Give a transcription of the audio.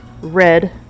Red